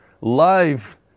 Live